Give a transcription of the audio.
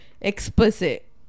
explicit